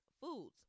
foods